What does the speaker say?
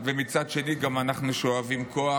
ומצד שני אנחנו גם שואבים כוח.